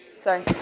Sorry